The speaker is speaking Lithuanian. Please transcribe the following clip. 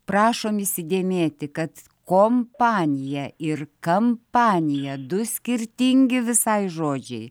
prašom įsidėmėti kad kompanija ir kampanija du skirtingi visai žodžiai